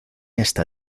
esta